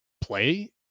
play